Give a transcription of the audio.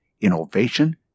innovation